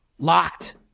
Locked